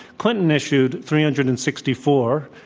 clinton issued three hundred and sixty four.